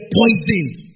poisoned